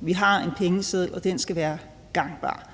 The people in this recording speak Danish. vi har en pengeseddel, som skal være gangbar,